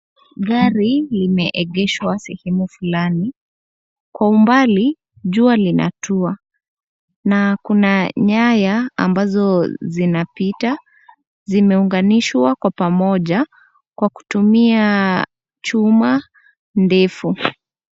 Gari limeegeshwa sehemu fulani. Kwa umbali jua linatua na kuna nyaya ambazo zinapita zimeunganishwa kwa pamoja kwa kutumia chuma ndefu.